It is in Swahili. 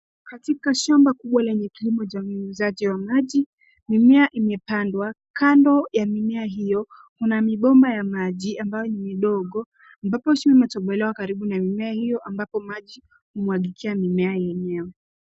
Katika shamba kubwa lenye kilimo wa unyunyizaji wa maji, mimea imepandwa. Kando ya mimea hiyo kuna mibomba ya maji ambayo ni midogo ambapo shimo linatobolewa karibu na mimea hiyo ambapo maji humwagikia mimea wenyewe.